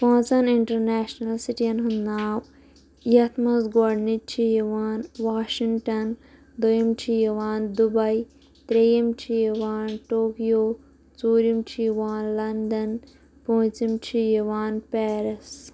پانٛژَن اِٹَرنیشنَل سِٹیَن ہُنٛد ناو یَتھ مَنٛز گۄڈٕنِچۍ چھِ یِوان واشِنٛگٹَن دوٚیِم چھِ یِوان دُبٔی ترٛیٚیِم چھِ یِوان ٹوکیو ژوٗرِم چھِ یِوان لَنٛدن پٲنٛژِم چھِ یِوان پیرس